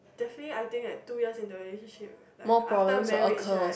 definitely I think two years in the relationship like after marriage right